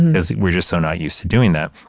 and cause we're just so not used to doing that.